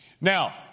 Now